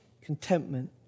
contentment